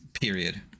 period